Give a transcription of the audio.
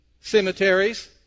Cemeteries